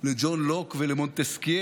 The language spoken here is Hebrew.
לג'ון לוק ולמונטסקיה,